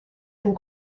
and